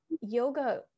yoga